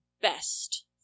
best